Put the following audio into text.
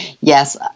Yes